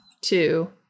two